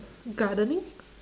gardening